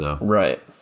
Right